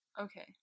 Okay